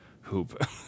hoop